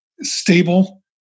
stable